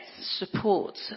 support